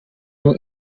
two